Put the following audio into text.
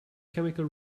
chemical